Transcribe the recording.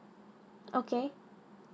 okay